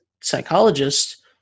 psychologist